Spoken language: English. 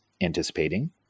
anticipating